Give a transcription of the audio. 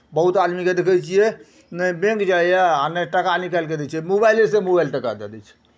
बहुत आदमीकेँ देखै छियै ने बैंक जाइए आ ने टाका निकालि कऽ दै छै मोबाइलेसँ मोबाइल टाका दए दै छै